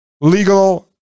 legal